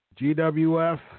GWF